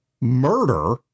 murder